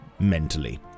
mentally